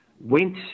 went